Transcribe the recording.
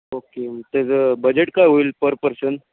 okay त्याचं budget काय होईल पर पर्सन